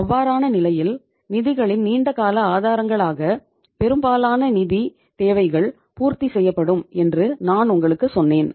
அவ்வாறான நிலையில் நிதிகளின் நீண்டகால ஆதாரங்களாக பெரும்பாலான நிதித் தேவைகள் பூர்த்தி செய்யப்படும் என்று நான் உங்களுக்குச் சொன்னேன்